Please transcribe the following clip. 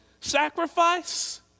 sacrifice